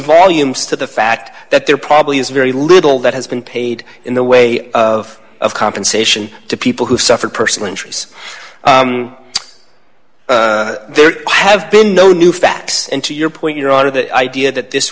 volumes to the fact that there probably is very little that has been paid in the way of compensation to people who suffered personal injuries there have been no new facts and to your point you're out of the idea that this